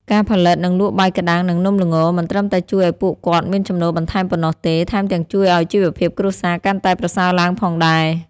ការផលិត និងលក់បាយក្ដាំង និងនំល្ង មិនត្រឹមតែជួយឲ្យពួកគាត់មានចំណូលបន្ថែមប៉ុណ្ណោះទេ ថែមទាំងជួយឲ្យជីវភាពគ្រួសារកាន់តែប្រសើរឡើងផងដែរ។